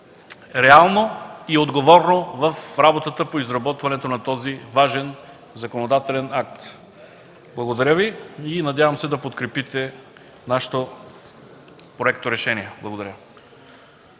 реално и отговорно в работата по изработването на този важен законодателен акт. Благодаря Ви и се надявам да подкрепите нашето проекторешение. Благодаря.